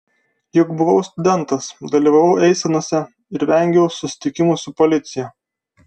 juk buvau studentas dalyvavau eisenose ir vengiau susitikimų su policija